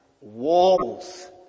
walls